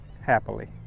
happily